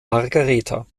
margaretha